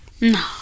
No